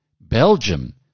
Belgium